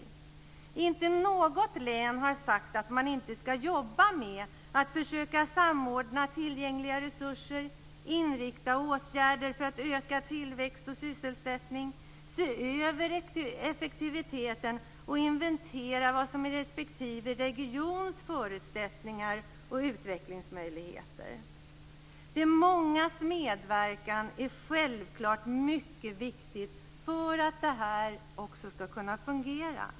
Det är inte något län som har sagt att det inte ska jobba med att försöka samordna tillgängliga resurser, inrikta åtgärder på att öka tillväxt och sysselsättning, se över effektiviteten och inventera respektive regions förutsättningar och utvecklingsmöjligheter. De mångas medverkan är självfallet mycket viktig för att det här ska kunna fungera.